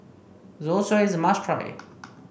zosui is a must try